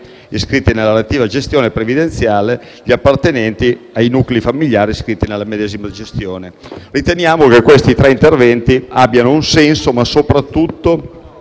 iscritti nella relativa gestione previdenziale e assistenziale gli appartenenti ai rispettivi nuclei famigliari iscritti nella medesima gestione. Riteniamo che questi tre interventi abbiano un senso e soprattutto